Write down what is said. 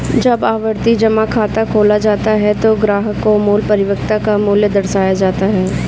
जब आवर्ती जमा खाता खोला जाता है तो ग्राहक को परिपक्वता मूल्य दर्शाया जाता है